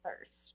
first